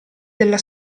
della